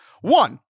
One